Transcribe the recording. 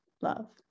love